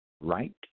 Right